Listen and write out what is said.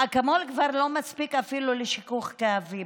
האקמול כבר לא מספיק אפילו לשיכוך כאבים.